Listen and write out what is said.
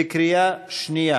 בקריאה שנייה.